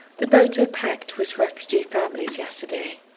the boats were packed with refugee families yesterday.